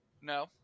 No